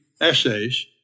essays